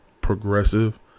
progressive